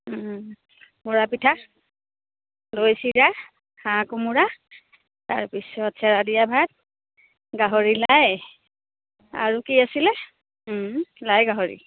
মহুৰা পিঠা দৈ চিৰা হাঁহ কোমোৰা তাৰপিছত চেৱা দিয়া ভাত গাহৰি লাই আৰু কি আছিলে লাই গাহৰি